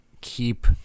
keep